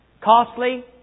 Costly